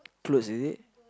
clothes is it